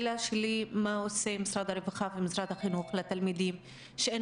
מה עושים משרד החינוך ומשרד הרווחה כלפי תלמידים שאין